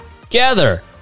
Together